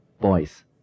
boys